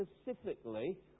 specifically